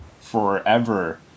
forever